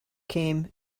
came